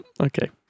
Okay